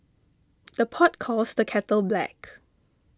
the pot calls the kettle black